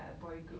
like boy group